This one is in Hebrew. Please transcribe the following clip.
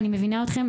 ואני מבינה אתכם,